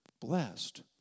Blessed